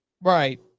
Right